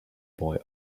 boy